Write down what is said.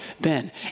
Ben